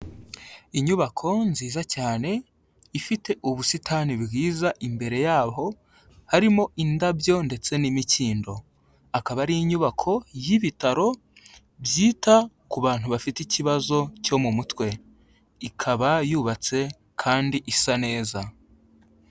Inyubako nziza cyane, ifite ubusitani bwiza imbere yaho, harimo indabyo ndetse n'imikindo. Akaba ari inyubako y'ibitaro byita ku bantu bafite ikibazo cyo mu mutwe. Ikaba yubatse kandi isa neza.